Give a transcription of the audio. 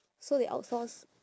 so they outsource